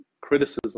criticism